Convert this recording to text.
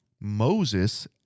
Moses